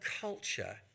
culture